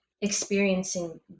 experiencing